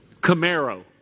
Camaro